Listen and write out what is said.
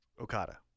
Okada